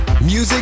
Music